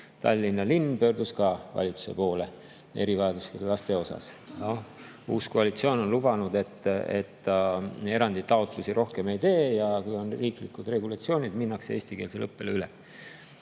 Tallinna linn pöördus ka valitsuse poole erivajadustega laste tõttu. Uus koalitsioon on lubanud, et ta rohkem erandi taotlusi ei tee ja kui on riiklikud regulatsioonid, minnakse eestikeelsele õppele üle.